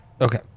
Okay